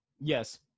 Yes